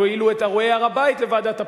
ואילו את אירועי הר-הבית לוועדת הפנים.